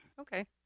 Okay